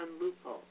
loophole